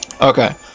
Okay